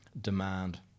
demand